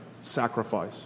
sacrifice